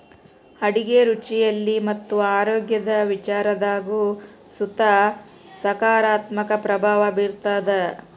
ಅಡುಗೆ ರುಚಿಯಲ್ಲಿ ಮತ್ತು ಆರೋಗ್ಯದ ವಿಚಾರದಾಗು ಸುತ ಸಕಾರಾತ್ಮಕ ಪ್ರಭಾವ ಬೀರ್ತಾದ